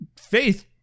Faith